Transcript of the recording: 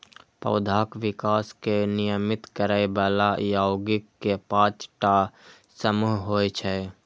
पौधाक विकास कें नियमित करै बला यौगिक के पांच टा समूह होइ छै